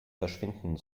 verschwinden